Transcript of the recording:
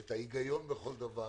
ואת ההיגיון בכל דבר,